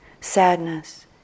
sadness